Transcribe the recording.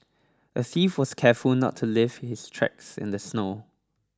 the thief was careful not to lift his tracks in the snow